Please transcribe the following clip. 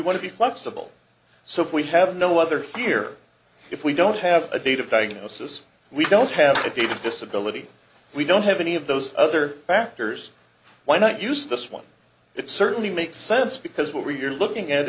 want to be flexible so if we have no other fear if we don't have a date of diagnosis we don't have to keep a disability we don't have any of those other factors why not use this one it certainly makes sense because what we're looking at